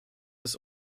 ist